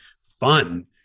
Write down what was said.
Fun